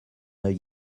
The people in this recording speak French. oeil